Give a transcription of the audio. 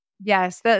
Yes